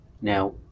Now